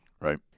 Right